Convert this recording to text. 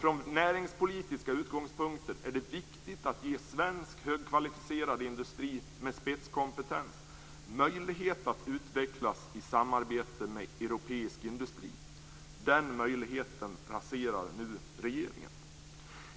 Från näringspolitiska utgångspunkter är det viktigt att ge den svenska högkvalificerade industrin med spetskompetens möjlighet att utvecklas i samarbete med den europeiska industrin. Den möjligheten raserar nu regeringen.